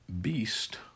beast